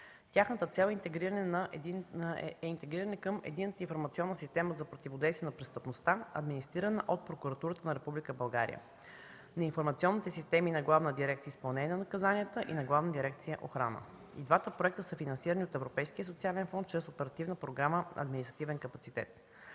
Тяхната цел е интегриране към Единната информационна система за противодействие на престъпността, администрирана от Прокуратурата на Република България, на информационните системи на Главна дирекция „Изпълнение на наказанията” и Главна дирекция „Охрана”. И двата проекта са финансирани от Европейския социален фонд чрез Оперативна програма „Административен капацитет”.